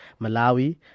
malawi